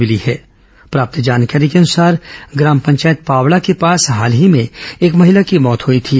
मिली जानकारी के अनुसार ग्राम पंचायत पावड़ा के पास हाल ही में एक महिला की मौत हुई थी